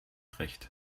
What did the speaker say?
recht